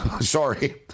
Sorry